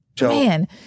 Man